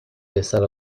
besar